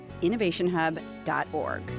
innovationhub.org